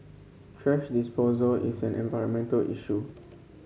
thrash disposal is an environmental issue